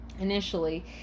Initially